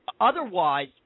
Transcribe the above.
Otherwise